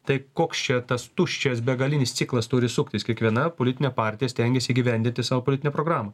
tai koks čia tas tuščias begalinis ciklas turi suktis kiekviena politinė partija stengias įgyvendinti savo politinę programą